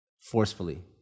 forcefully